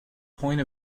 point